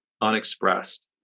unexpressed